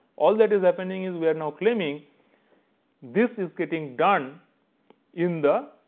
all that is happening is we are now claiming this is getting done in the